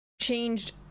changed